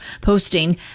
posting